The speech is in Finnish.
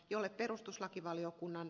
jolle perustuslakivaliokunnan